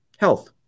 Health